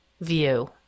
view